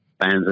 fans